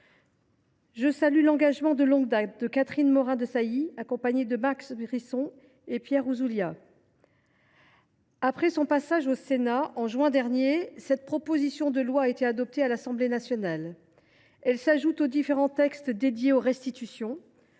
Je salue l’engagement de longue date de Catherine Morin Desailly, accompagnée de Max Brisson et de Pierre Ouzoulias. Après son passage au Sénat en juin dernier, cette proposition de loi a été adoptée à l’Assemblée nationale. Elle s’ajoute aux différents textes dédiés aux restitutions.